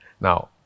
Now